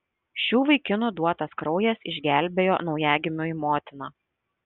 šių vaikinų duotas kraujas išgelbėjo naujagimiui motiną